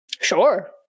Sure